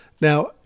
Now